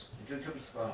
你就就 P_C part lah